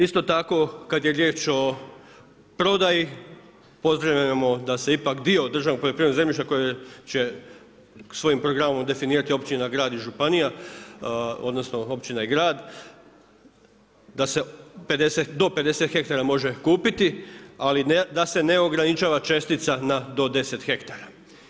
Isto tako kad je riječ o prodaji pozdravljamo da se ipak dio državnog poljoprivrednog zemljišta koje će svojim programom definirati općina, grad i županija, odnosno općina i grad, da se do 50 hektara može kupiti ali da se ne ograničava čestica na do 10 hektara.